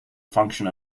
function